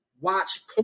watch